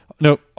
No